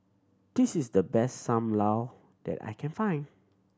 this is the best Sam Lau that I can find